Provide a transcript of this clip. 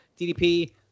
DDP